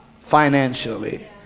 financially